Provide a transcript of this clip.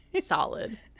solid